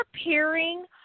appearing